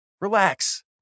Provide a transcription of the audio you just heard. Relax